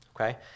okay